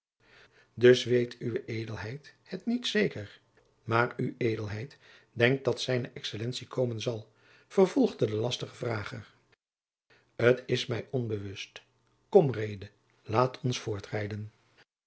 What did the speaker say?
dus weet uwe edelheid het niet zeker maar ued denkt dat zijne excellentie komen zal vervolgde de lastige vrager t is mij onbewust kom reede laat ons voortrijden